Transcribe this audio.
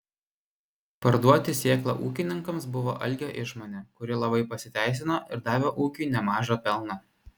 parduoti sėklą ūkininkams buvo algio išmonė kuri labai pasiteisino ir davė ūkiui nemažą pelną